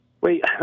Wait